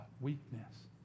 weakness